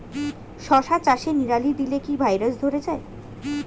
শশা চাষে নিড়ানি দিলে কি ভাইরাস ধরে যায়?